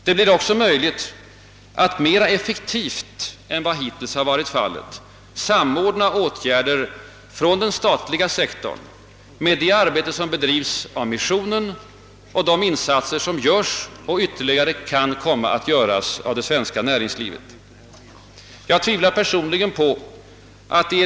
Det blir också möjligt att effektivåre än hittills samordna åtgärder från: den statliga sektorns sida med dét-arbete som bedrivs av missionen :och de insatser som görs och ytterligare kan komma att göras av det svenska näringslivet.